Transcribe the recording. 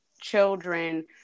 children